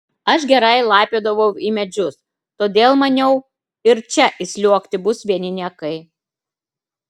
aš gerai laipiodavau į medžius todėl maniau ir čia įsliuogti bus vieni niekai